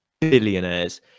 billionaires